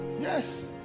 Yes